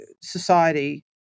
society